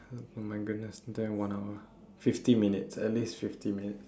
oh my goodness we doing one hour fifty minutes at least fifty minutes